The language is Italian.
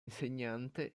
insegnante